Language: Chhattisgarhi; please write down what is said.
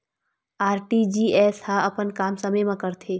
आर.टी.जी.एस ह अपन काम समय मा करथे?